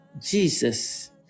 Jesus